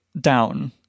down